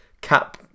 cap